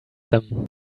them